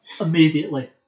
immediately